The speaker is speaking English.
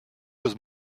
was